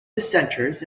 dissenters